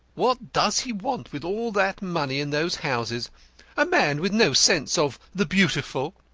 what does he want with all that money and those houses a man with no sense of the beautiful?